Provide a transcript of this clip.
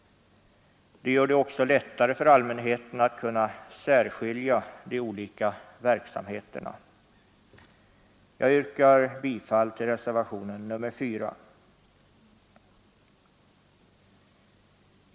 Det gör det också lättare för allmänheten att kunna särskilja de olika verksamheterna. Jag yrkar bifall till reservationen 4.